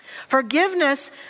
Forgiveness